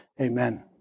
Amen